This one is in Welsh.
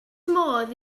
modd